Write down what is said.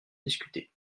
discuter